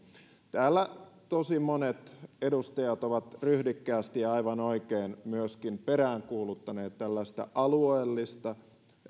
täällä tosi monet edustajat ovat ryhdikkäästi ja aivan oikein myöskin peräänkuuluttaneet tällaista alueellista